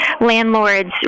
landlords